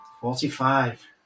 Forty-five